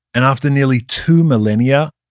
and after nearly two millennia,